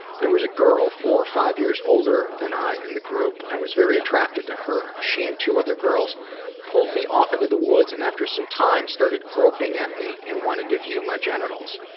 there was a girl four or five years older than i in the group. i was very attracted to her. she and two other girls pulled me off in the woods and after sometime started groping at me and wanted to view my genitals.